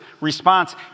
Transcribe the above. response